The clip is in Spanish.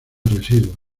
residuos